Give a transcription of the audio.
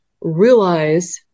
realize